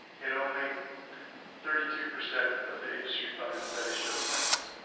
and only thirty two percent of the industry-funded studies showed effects.